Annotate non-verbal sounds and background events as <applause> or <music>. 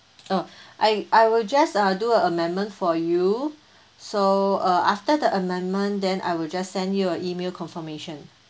ah <breath> I I will just uh do a amendment for you so uh after the amendment then I will just send you a email confirmation